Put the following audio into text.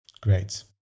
great